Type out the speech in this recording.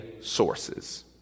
sources